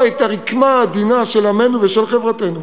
את הרקמה העדינה של עמנו ושל חברתנו,